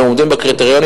והם עומדים בקריטריונים,